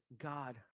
God